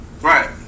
Right